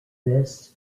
vest